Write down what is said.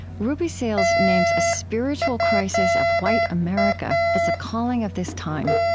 ruby sales names a spiritual crisis of white america as a calling of this time.